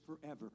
forever